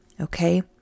Okay